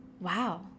Wow